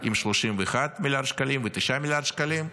31 מיליארד שקלים יחד עם 9 מיליארד שקלים,